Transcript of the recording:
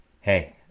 hey